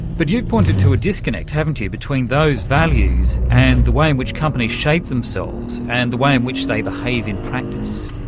but you've pointed to a disconnect, haven't you, between those values and the way in which companies shape themselves and the way in which they behave in practice.